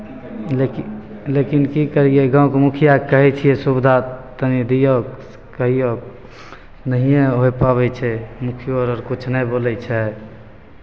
लेकिन लेकिन की करियै गाँवके मुखियाकेँ कहै छियै सुविधा तनि दियौ कहियौ नहिए होय पाबै छै मुखियो अर किछु नहि बोलै छै